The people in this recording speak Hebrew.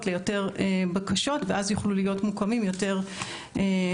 ליותר בקשות ואז יוכלו להקים יותר מרכזים.